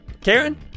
Karen